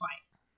twice